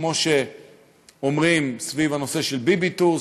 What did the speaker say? כמו שאומרים סביב הנושא של "ביבי-טורס",